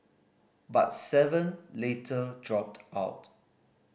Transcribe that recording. but seven later dropped out